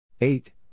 Eight